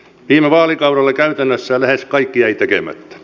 viime vaalikaudella käytännössä lähes kaikki jäi tekemättä